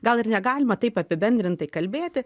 gal ir negalima taip apibendrintai kalbėti